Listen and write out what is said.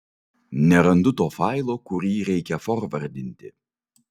nerandu to failo kurį reikia forvardinti